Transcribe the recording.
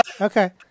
Okay